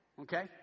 Okay